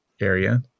area